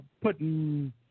putting